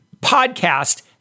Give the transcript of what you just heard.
podcast